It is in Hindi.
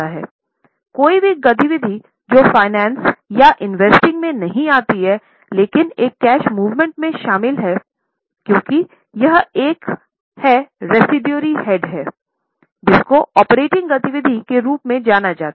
कोई भी गतिविधि जो फाइनेंसिंग हैड हैं जिसको ऑपरेटिंग गतिविधि के रूप में जाना जाता है